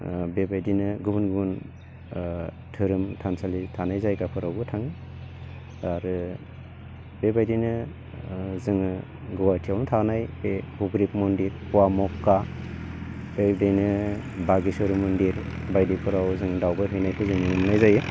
ओ बेबायदिनो गुबुन गुबुन ओ धोरोम थानसालि थानाय जायगाफोरावबो थाङो आरो बेबायदिनो ओ जोङो गुवाहाटियावनो थानाय बे हग्रिब मन्दिर पवा मख्खा बेनो बागेशरि मन्दिर बायदिफोराव जों दावबायहैनायखौ जों नुनो मोननाय जायो